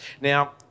Now